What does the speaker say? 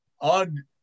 on